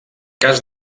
cas